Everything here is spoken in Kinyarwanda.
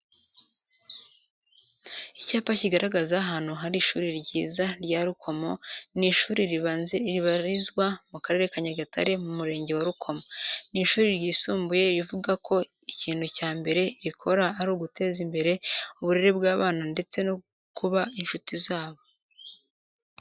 Icyapa kigaragaza ahantu hari ishuri ryiza rya Rukomo, ni ishuri ribarizwa mu Karere ka Nyagatare mu Murenge wa Rukomo, ni ishuri ryisumbuye rivuga ko ikintu cya mbere rikora ari uguteza imbere uburere bw'abana ndetse no kuba inshuti nabo.